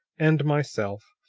and myself,